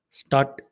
start